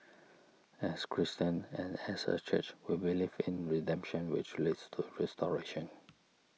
as Christians and as a church we believe in redemption which leads to restoration